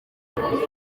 muri